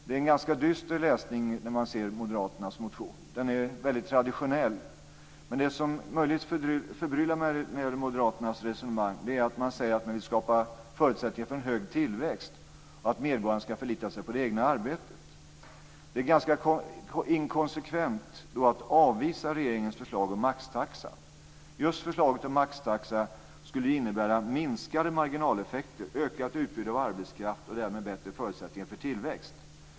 Det är en ganska dyster läsning när man ser moderaternas motion. Den är väldigt traditionell. Det som möjligen förbryllar mig i moderaternas resonemang är att man säger att man vill skapa förutsättningar för en hög tillväxt och att medborgarna skall förlita sig på det egna arbetet. Det är ganska inkonsekvent att då avvisa regeringens förslag om maxtaxa. Just förslaget om maxtaxa skulle innebära minskade marginaleffekter, ökat utbud av arbetskraft och därmed bättre förutsättningar för tillväxt.